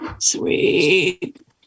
Sweet